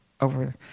over